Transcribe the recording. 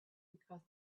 because